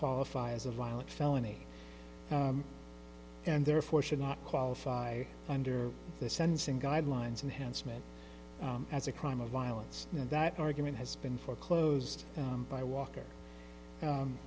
qualify as a violent felony and therefore should not qualify under the sentencing guidelines and hence meant as a crime of violence and that argument has been foreclosed by walker